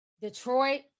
Detroit